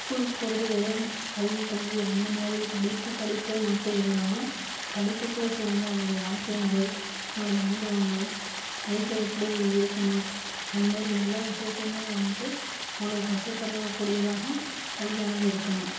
ஸ்கூலுக்கு போறது வெறும் கல்வி கல்வி அந்த மாதிரி படிப்பு படிப்பு மட்டும் இல்லாமல் படிப்புக் கூட சேர்ந்து அவனோடய வாழ்க்கை முறை அவனுடைய அனுபவங்கள் லைஃபில் எப்படி இருக்கணும் அந்த மாதிரி எல்லா விஷயத்தையுமே வந்ட்டு அவங்களுக்கு கற்றுத் தரக்கூடியதாக கல்வி அமைஞ்சு இருக்கணும்